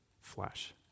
flesh